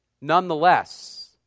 Nonetheless